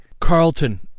Carlton